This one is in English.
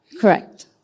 Correct